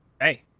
Hey